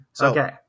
okay